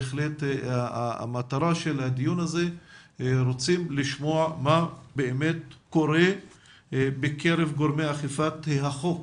מטרת הדיון הזה היא לשמוע מה באמת קורה בקרב גורמי אכיפת החוק